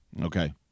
Okay